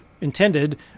intended